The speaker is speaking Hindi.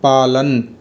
पालन